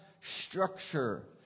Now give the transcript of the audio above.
structure